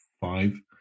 five